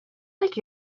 like